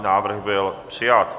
Návrh byl přijat.